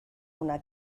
una